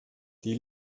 die